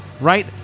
right